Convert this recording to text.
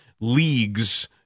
leagues